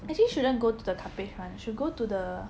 actually shouldn't go to the Cuppage [one] should go to the